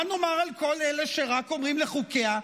מה נאמר על כל אלה שאומרים רק "לחוקיה"?